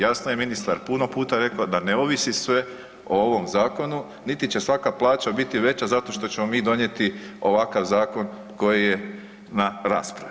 Jasno je ministar puno puta rekao da ne ovisi sve o ovome zakonu niti će svaka plaća biti veća zato što ćemo mi donijeti ovakav zakon koji je na raspravi.